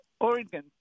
oregon